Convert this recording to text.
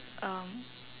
um